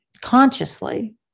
consciously